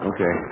Okay